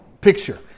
picture